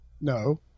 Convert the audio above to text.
No